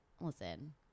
listen